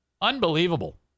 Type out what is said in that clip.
Unbelievable